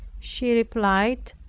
she replied,